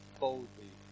boldly